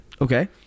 okay